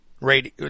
radio